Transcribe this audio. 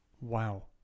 Wow